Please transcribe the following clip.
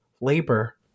labor